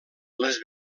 les